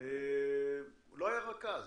לא היה רכז,